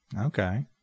Okay